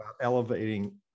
elevating